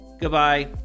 Goodbye